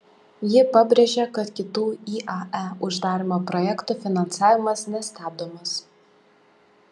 ji pabrėžė kad kitų iae uždarymo projektų finansavimas nestabdomas